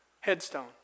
headstone